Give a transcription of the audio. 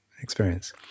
experience